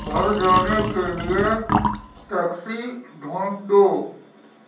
گھر جانے کے لیے ٹیکسی ڈھونڈو